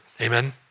Amen